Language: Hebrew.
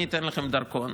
אני אתן לכם דרכון,